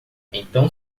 então